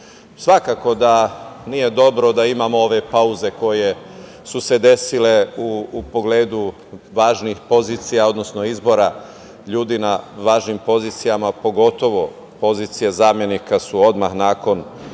zrelost. Svakako nije dobro da imao ove pauze koje su se desile u pogledu važnih pozicija, odnosno izbora ljudi na važnim pozicijama, pogotovo pozicija zamenika je odmah nakon